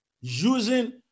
using